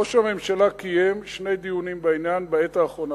ראש הממשלה קיים שני דיונים בעניין בעת האחרונה,